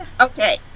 Okay